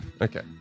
Okay